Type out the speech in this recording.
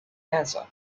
cancer